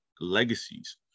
legacies